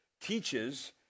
teaches